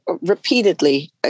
repeatedly